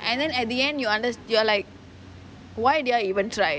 and then at the end you under~ you are like why did I even try